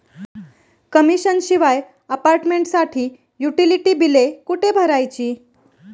Commission शिवाय अपार्टमेंटसाठी utility बिले कुठे भरायची?